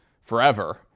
forever